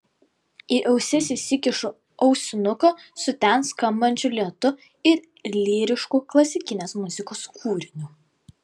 į ausis įsikišu ausinuką su ten skambančių lėtu ir lyrišku klasikinės muzikos kūriniu